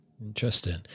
interesting